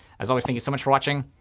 as always, thank you so much for watching.